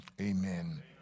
Amen